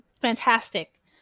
fantastic